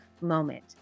moment